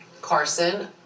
Carson